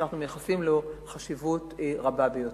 שאנחנו מייחסים לו חשיבות רבה ביותר.